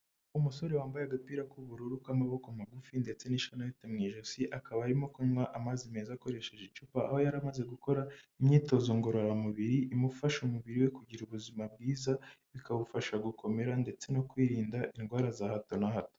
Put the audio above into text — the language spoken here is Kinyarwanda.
Umusore wambaye agapira k'ubururu k'amaboko magufi ndetse n'ishanete mu ijosi akaba arimo kunywa amazi meza akoresheje icupa aho yari amaze gukora imyitozo ngororamubiri imufasha umubiri we kugira ubuzima bwiza bikamufasha gukomera ndetse no kwirinda indwara za hato na hato.